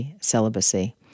celibacy